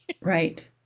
Right